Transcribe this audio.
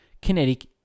kinetic